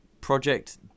Project